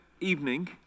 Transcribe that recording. evening